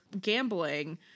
gambling